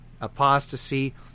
apostasy